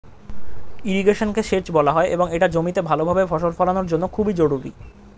ইরিগেশনকে সেচ বলা হয় এবং এটা জমিতে ভালোভাবে ফসল ফলানোর জন্য খুবই জরুরি